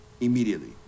Immediately